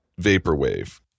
Vaporwave